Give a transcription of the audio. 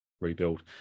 rebuild